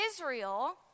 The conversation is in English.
Israel